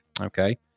Okay